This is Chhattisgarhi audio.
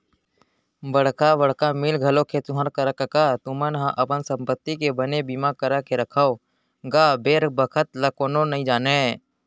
बड़का बड़का मील घलोक हे तुँहर करा कका तुमन ह अपन संपत्ति के बने बीमा करा के रखव गा बेर बखत ल कोनो नइ जानय